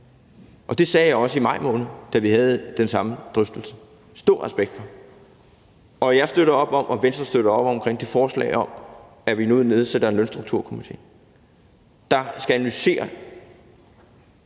Det sagde jeg også i maj måned, da vi havde den samme drøftelse – stor respekt for det. Jeg og Venstre støtter op om det forslag om, at vi nu nedsætter en lønstrukturkomité, der skal analysere